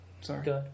Sorry